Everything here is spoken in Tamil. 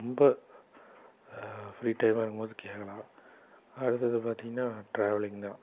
ரொம்ப ஃப்ரீ டைமாக இருக்கும் போது கேட்கலாம் அடுத்தது பார்த்தீங்கன்னா ட்ராவலிங் தான்